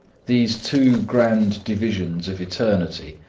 these two grand divisions of eternity,